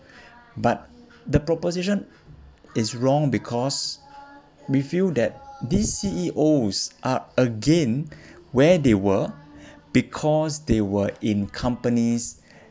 but the proposition is wrong because we feel that the C_E_O_S are again where they were because they were in companies